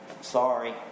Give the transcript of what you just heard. Sorry